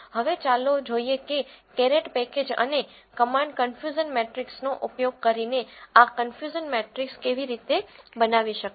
હવે ચાલો જોઈએ કે કેરેટ પેકેજ અને કમાન્ડ કન્ફયુઝન મેટ્રીક્સનો ઉપયોગ કરીને આ કન્ફયુઝન મેટ્રીક્સ કેવી રીતે બનાવી શકાય